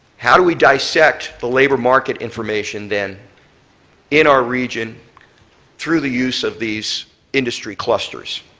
how do we dissect the labor market information then in our region through the use of these industry clusters?